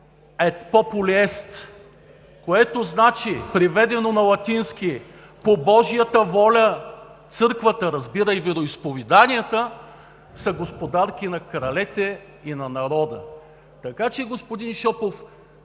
et populi est“ което, преведено от латински, значи: „По Божията воля, църквата“ – разбирай вероизповеданията, „е господарка на кралете и на народа“. Така че, господин Шопов,